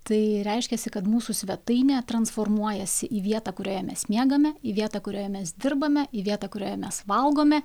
tai reiškiasi kad mūsų svetainė transformuojasi į vietą kurioje mes miegame į vietą kurioje mes dirbame į vietą kurioje mes valgome